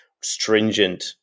stringent